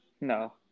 No